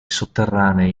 sotterranei